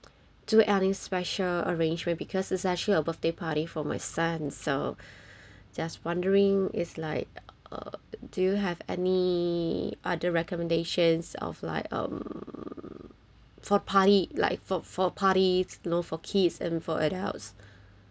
do adding special arrangement because is actually a birthday party for my son so just wondering is like uh do you have any other recommendations of like um for party like for for parties you know for kids and for adults